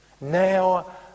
Now